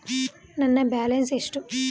ನನ್ನ ಬ್ಯಾಲೆನ್ಸ್ ಎಷ್ಟು?